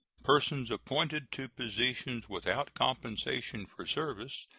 persons appointed to positions without compensation for services,